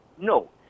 No